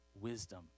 wisdom